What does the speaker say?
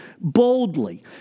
boldly